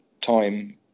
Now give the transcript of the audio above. time